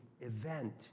event